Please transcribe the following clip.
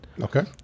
okay